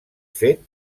fet